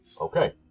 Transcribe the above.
Okay